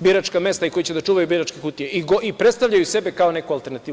biračka mesta i koji će da čuvaju biračke kutije i predstavljaju sebe kao neku alternativu.